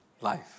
life